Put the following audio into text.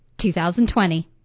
2020